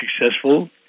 successful